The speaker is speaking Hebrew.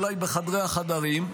אולי בחדרי חדרים,